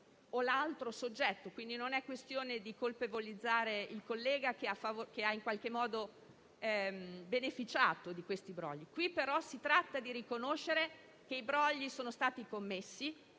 quindi non è questione di colpevolizzare il collega che ha in qualche modo beneficiato di tali brogli, ma di riconoscere che sono stati commessi,